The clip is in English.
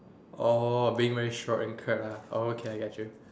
orh being very lah oh okay I get you